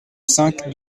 cinq